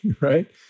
right